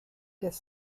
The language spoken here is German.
des